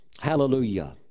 Hallelujah